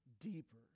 deeper